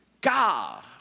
God